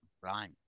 Right